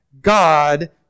God